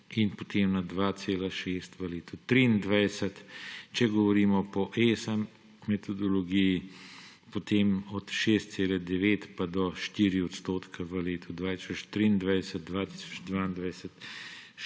in potem na 2,6 v letu 2023. Če govorimo po ESMA metodologiji, potem od 6,9 pa do 4 odstotka v letu 2023, 2022